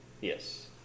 Yes